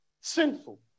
sinful